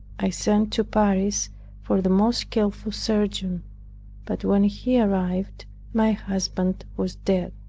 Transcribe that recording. i sent to paris for the most skillful surgeon but when he arrived my husband was dead.